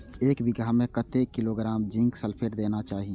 एक बिघा में कतेक किलोग्राम जिंक सल्फेट देना चाही?